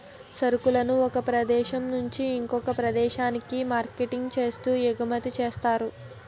సరుకులను ఒక ప్రదేశం నుంచి ఇంకొక ప్రదేశానికి మార్కెటింగ్ చేస్తూ ఎగుమతి చేస్తారు